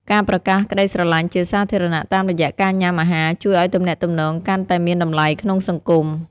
ការប្រកាសក្ដីស្រឡាញ់ជាសាធារណៈតាមរយៈការញុាំអាហារ ជួយឱ្យទំនាក់ទំនងកាន់តែមានតម្លៃក្នុងសង្គម។